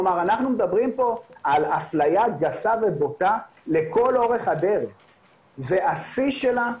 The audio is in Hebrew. כלומר אנחנו מדברים פה על אפלייה גסה ובוטה לכל אורך הדרך והשיא שלה,